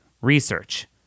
research